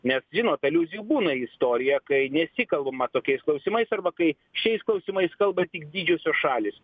nes žinot aliūzijų būna į istoriją kai nesikalbama tokiais klausimais arba kai šiais klausimais kalba tik didžiosios šalys